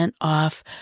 off